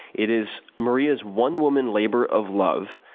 it is maria's one-woman labor of love,